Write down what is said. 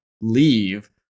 leave